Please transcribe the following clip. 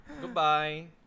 Goodbye